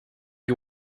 you